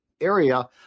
area